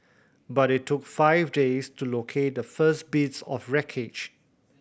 but it took five days to locate the first bits of wreckage